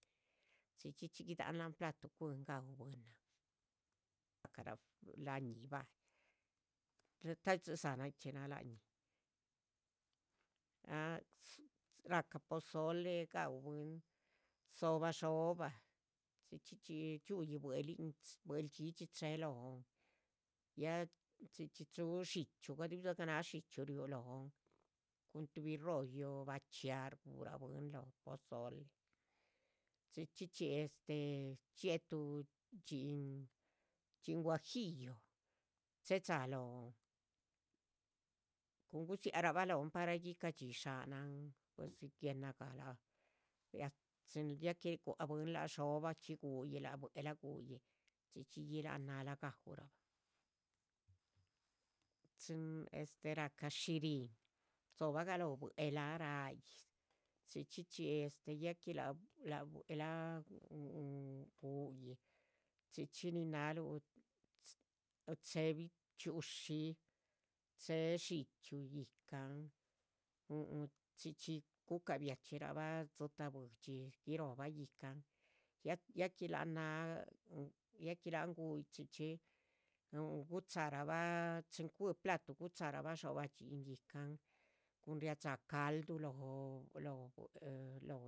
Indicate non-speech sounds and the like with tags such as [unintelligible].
Chxí chxí chxí gi dáhan láhan platu cu´hin gaú bwínan [unintelligible] la´ñih bah, [unintelligible] ta´yi dhxizáa nichxí náh la´ñih, ah rahcapa cah pozole gaú bwín. dzo´bah dhxóbah chxí chxí chxí, dxíiuhi bue´l dhxídhxi che´ lóhon ya chxí chxí chu´ dxíchyu gaduh bihi dzigah náh dxíchyu chu´lóhon, chu´tuhbi rollo. bachíaah rgu´rah bwín lóh pozole, chxí chxí chxí este, dxie´tuh dhxín, dhxín guajillo, che´dxá lóhon, cun gudziác rahba lóhon par ay gica´dhxí dshánahan. tuhsi guenagah [unintelligible] guác bwín lác dhxóbah gu´yih lác, ah buelah gu´yih, chxí chxí yih, lác bue´lac nághla gaúluh, chin este, ráhca shihrín, rdzo´bah galóoh. bue´lah ra´yih chxí chxí chxí este, ya que lác bue´lah huhu, gu´yih, chxí chxí nin náhaluh [unintelligible] che´ bichxi´ushi che dxíchyu, yíhcan. huhum, chxí chxí guca´biahchxí rahba dzitáh buidxi giróhbah yícahn ya que láhan náh, ya que láhan gu´yih chxí chxí huhu, gucha´rahba chin cuíh. platuh gucha´rahba dxobah dhxín cun ria´dxa´ calduh lóhon lóhon [unintelligible]